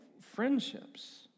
friendships